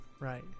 Right